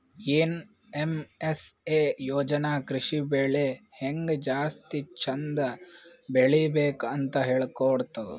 NMSA ಯೋಜನಾ ಕೃಷಿ ಬೆಳಿ ಹೆಂಗ್ ಜಾಸ್ತಿ ಚಂದ್ ಬೆಳಿಬೇಕ್ ಅಂತ್ ಹೇಳ್ಕೊಡ್ತದ್